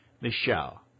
Michelle